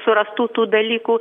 surastų tų dalykų